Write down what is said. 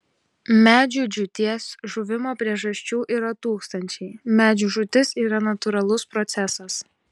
medžių džiūties žuvimo priežasčių yra tūkstančiai medžio žūtis yra natūralus procesas